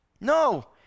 No